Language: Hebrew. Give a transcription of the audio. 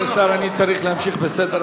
אדוני השר, אני צריך להמשיך בסדר-היום.